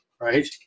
right